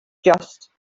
just